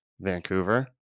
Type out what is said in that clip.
vancouver